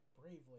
bravely